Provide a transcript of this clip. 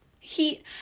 heat